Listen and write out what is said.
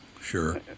sure